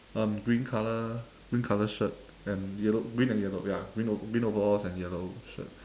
um green colour green colour shirt and yellow green and yellow ya green ov~ green overalls and yellow shirt